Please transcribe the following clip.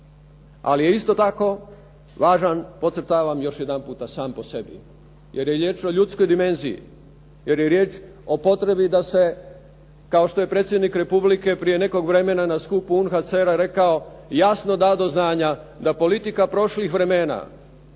Ali je isto tako važan, podcrtavam još jedanputa sam po sebi. Jer je riječ o ljudskoj dimenziji, jer je riječ o potrebi da se, kao što je predsjednik Republike prije nekog vremena na skupu UNHCR-a rekao, jasno dao do znanja da politika prošlih vremena